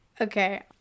Okay